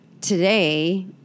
today